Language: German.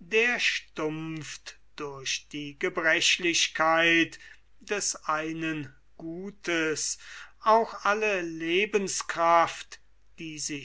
der stumpft durch die gebrechlichkeit des einen gutes auch alle lebenskraft die